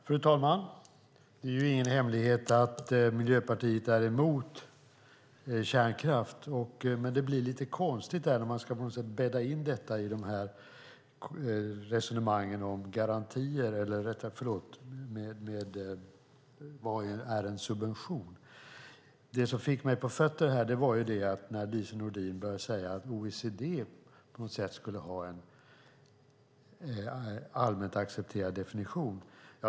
Fru talman! Det är ingen hemlighet att Miljöpartiet är emot kärnkraft, men det blir lite konstigt när det ska bädda in detta i resonemangen om vad en subvention är. Det som fick mig på fötter var att Lise Nordin sade att OECD skulle ha en allmänt accepterad definition.